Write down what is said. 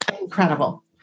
Incredible